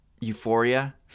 euphoria